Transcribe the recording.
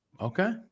okay